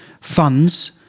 funds